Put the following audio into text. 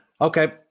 okay